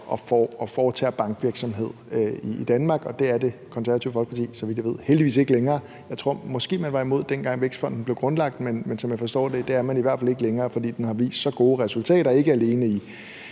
og foretager bankvirksomhed i Danmark, og det er Det Konservative Folkeparti heldigvis ikke længere, så vidt jeg ved. Jeg tror måske, man var imod, dengang Vækstfonden blev grundlagt, men som jeg forstår det, er man det i hvert fald ikke længere, for den har vist så gode resultater, ikke alene i